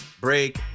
break